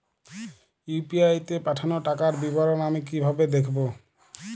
UPI তে পাঠানো টাকার বিবরণ আমি কিভাবে দেখবো?